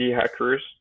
hackers